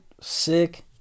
sick